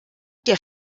der